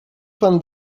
pan